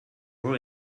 who